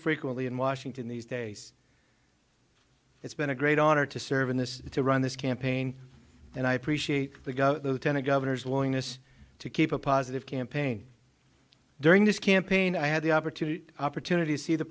frequently in washington these days it's been a great honor to serve in this to run this campaign and i appreciate the go the ten a governor's willingness to keep a positive campaign during this campaign i had the opportunity opportunity to see the